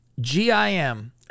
G-I-M